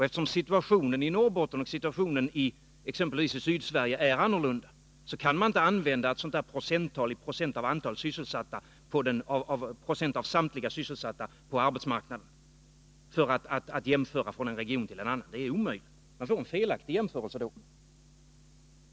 Eftersom situationen i Norrbotten och situationen i exempelvis Sydsverige är olika kan man inte använda en siffra som anger andelen i procent av samtliga sysselsatta på arbetsmarknaden för att jämföra från en region till en annan. Det är omöjligt. Man får en felaktig jämförelse då.